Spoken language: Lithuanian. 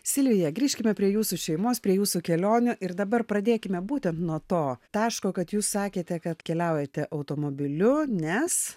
silvija grįžkime prie jūsų šeimos prie jūsų kelionių ir dabar pradėkime būtent nuo to taško kad jūs sakėte kad keliaujate automobiliu nes